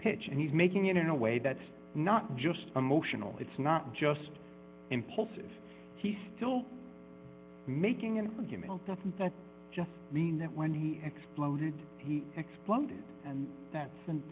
pitch and he's making it in a way that's not just emotional it's not just impulsive he still making an argument doesn't that just mean that when he exploded he exploded and that's and